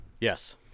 Yes